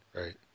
Right